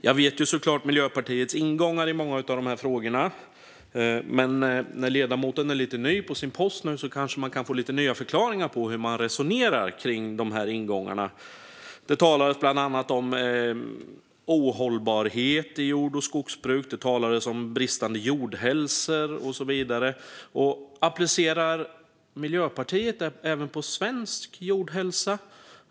Jag känner såklart till Miljöpartiets ingångar i många av dessa frågor, men eftersom ledamoten är ganska ny på sin post kanske jag kan få lite nya förklaringar till hur man resonerar när det gäller de här ingångarna. Det talades bland annat om ohållbarhet i jord och skogsbruk och om bristande jordhälsa. Applicerar Miljöpartiet detta även på svensk jordhälsa?